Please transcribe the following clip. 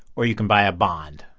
or you can buy a bond.